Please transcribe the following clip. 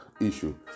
issue